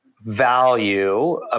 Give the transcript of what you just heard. value